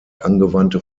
angewandte